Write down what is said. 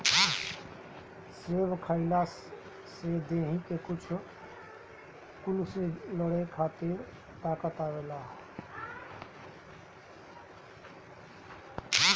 सेब खइला से देहि में रोग कुल से लड़े खातिर ताकत आवेला